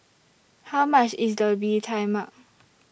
How much IS The Bee Tai Mak